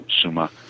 Suma